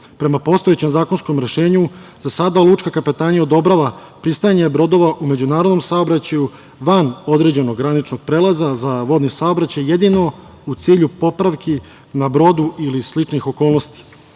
postojećem zakonskom rešenju, za sada lučka kapetanija odobrava pristajanje brodova u međunarodnom saobraćaju van određenog graničnog prelaza za vodnio saobraćaj, jedino u cilju popravki na brodu ili sličnih okolnosti. Na